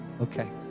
Okay